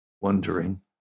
wondering